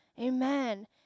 Amen